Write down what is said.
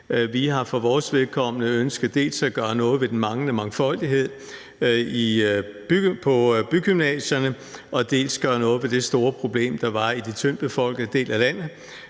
Vi har for vores vedkommende ønsket dels at gøre noget ved den manglende mangfoldighed på bygymnasierne, dels at gøre noget ved det store problem, der var i de tyndt befolkede dele af landet,